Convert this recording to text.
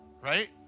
Right